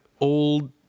old